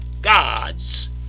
gods